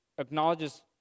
acknowledges